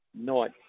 night